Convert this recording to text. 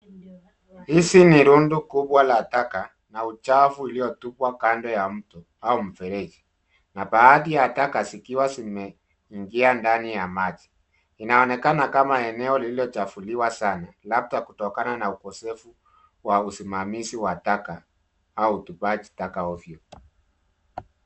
Hizi ni rundo kubwa la taka na uchafu uliotupwa kando ya mto au mfereji, na baadhi ya taka zikiwa zimeingia ndani ya maji. Inaonekana kama eneo lililochafuliwa sana labda kutokana na ukosefu wa usimamizi wa taka au utupaji taka ovyo.